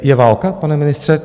Je válka, pane ministře?